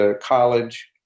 College